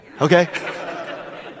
Okay